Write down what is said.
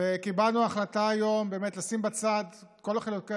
וקיבלנו החלטה היום לשים בצד את כל חילוקי